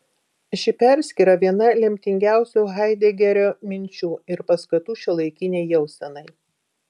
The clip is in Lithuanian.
ši perskyra viena lemtingiausių haidegerio minčių ir paskatų šiuolaikinei jausenai